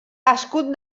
escut